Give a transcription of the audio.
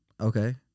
okay